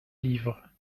livres